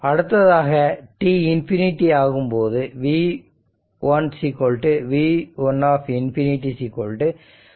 அடுத்ததாக t infinity ஆகும்போது v1 v1 ∞ 20 volt ஆகும்